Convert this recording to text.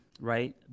right